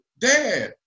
dad